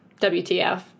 WTF